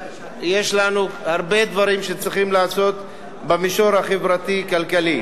יש לנו הרבה דברים שצריך לעשות במישור החברתי-כלכלי.